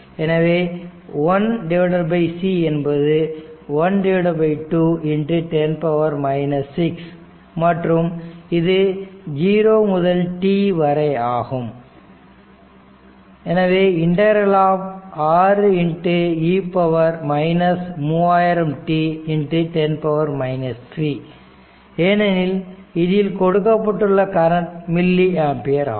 எனவே 1c என்பது 1 210 6 மற்றும் இது 0 முதல் t வரையாகும் ∫ 6 e 3000 t 10 3 ஏனெனில் இதில் கொடுக்கப்பட்டுள்ள கரண்ட் மில்லி ஆம்பியர் ஆகும்